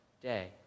day